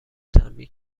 تنبیه